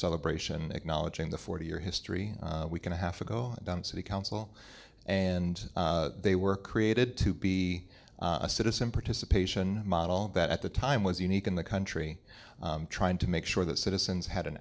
celebration acknowledging the forty year history we can a half ago done city council and they were created to be a citizen participation model that at the time was unique in the country trying to make sure that citizens had an